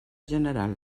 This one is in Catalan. general